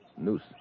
noose